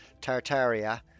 Tartaria